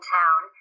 town